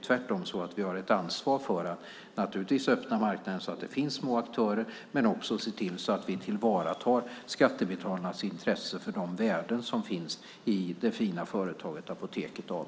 Tvärtom har vi ett ansvar för att öppna marknaden så att det finns små aktörer men också se till att vi tillvaratar skattebetalarnas intresse av de värden som finns i det fina företaget Apoteket AB.